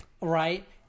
Right